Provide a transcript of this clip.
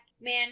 man